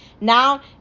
Now